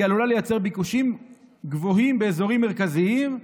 היא עלולה לייצר ביקושים גבוהים באזורים מרכזיים,